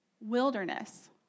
wilderness